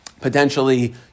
potentially